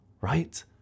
right